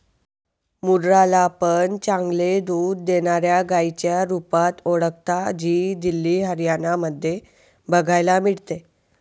मुर्रा ला पण चांगले दूध देणाऱ्या गाईच्या रुपात ओळखता, जी दिल्ली, हरियाणा मध्ये बघायला मिळते